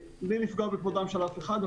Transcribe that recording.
בלי לפגוע בכבודם של אף אחד,